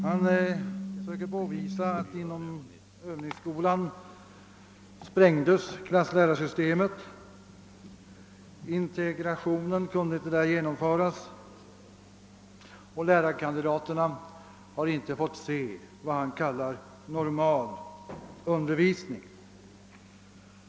Han söker påvisa att inom övningsskolan sprängdes klasslärarsystemet — integrationen kunde där inte genomföras, och lärarkandidaterna har inte fått ta del av vad herr Arvidson kallar normal undervisning.